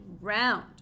round